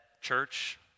church